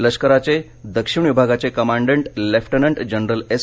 लष्कराचे दक्षिण विभागाचे कमांडेंट लेफ्टिनेंट जनरल एस